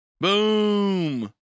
Boom